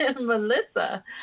Melissa